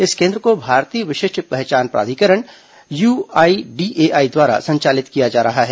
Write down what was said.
इस केन्द्र को भारतीय विशिष्ट पहचान प्राधिकरण यूआईडीएआई द्वारा संचालित किया जा रहा है